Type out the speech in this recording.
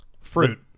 Fruit